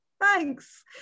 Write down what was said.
thanks